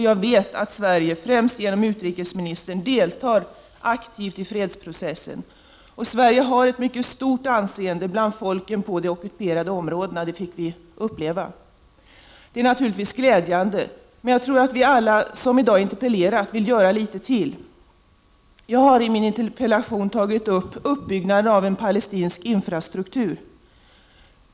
Jag vet att Sverige, främst genom utrikesministern, deltar aktivt i fredsprocessen. Vi fick uppleva att Sverige har ett mycket stort anseende i de ockuperade områdena. Det är naturligtvis glädjande. Men jag tror att vi alla som i dag interpellerat vill göra litet mer. Jag har i min interpellation tagit upp uppbyggnaden av en palestinsk infrastruktur.